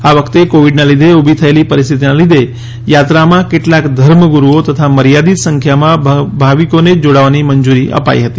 આ વખતે કોવિડના લીધે ઊભી થયેલી પરિસ્થિતિના લીધે યાત્રામાં કેટલાંક ધર્મગુરૂઓ તથા મર્યાદિત સંખ્યામાં ભાવિકોને જ જોડાવાની મંજુરી અપાઈ હતી